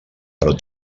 però